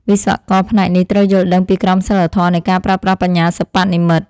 វិស្វករផ្នែកនេះត្រូវយល់ដឹងពីក្រមសីលធម៌នៃការប្រើប្រាស់បញ្ញាសិប្បនិម្មិត។